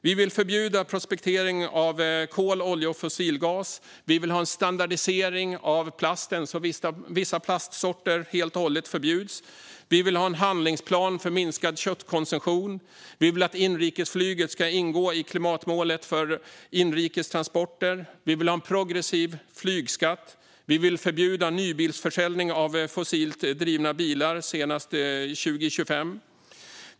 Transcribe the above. Vi vill förbjuda prospektering av kol, olja och fossilgas. Vi vill ha en standardisering av plasten så att vissa plastsorter helt och hållet förbjuds. Vi vill ha en handlingsplan för minskad köttkonsumtion. Vi vill att inrikesflyget ska ingå i klimatmålet för inrikes transporter. Vi vill ha en progressiv flygskatt. Vi vill förbjuda nybilsförsäljning av fossilt drivna bilar senast 2025.